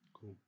Cool